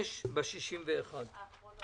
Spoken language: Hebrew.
שתיהן